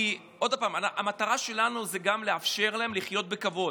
כי המטרה שלנו היא גם לאפשר להם לחיות בכבוד.